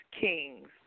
kings